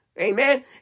Amen